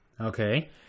Okay